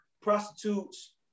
prostitutes